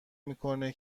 میکنه